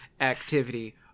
activity